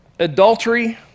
Adultery